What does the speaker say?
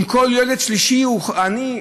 אם כל ילד שלישי הוא עני,